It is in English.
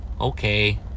Okay